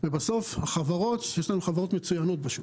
ויש לנו חברות מצוינות בשוק.